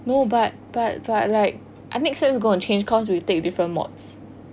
no but but but like my next sem's gonna change course course we take different mods